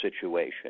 situation